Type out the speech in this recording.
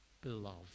beloved